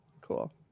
Cool